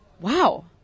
wow